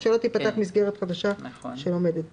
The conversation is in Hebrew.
שלא תיפתח מסגרת חדשה שלא עומדת בהן.